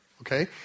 okay